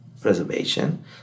preservation